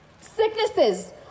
sicknesses